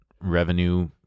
revenue